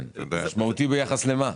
משמעותי ביחס למה?